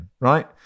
right